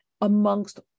amongst